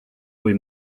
kui